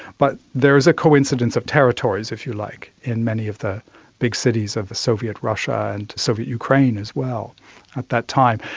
but there is a coincidence of territories, if you like, in many of the big cities of soviet russia and soviet ukraine as well at that time.